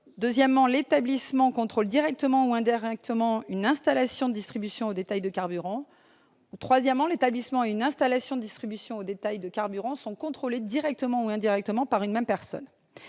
soit l'établissement contrôle directement ou indirectement une installation de distribution au détail de carburants, soit l'établissement et une installation de distribution au détail de carburants sont contrôlés directement ou indirectement par une même personne.